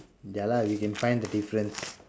ya lah we can find the difference